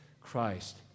christ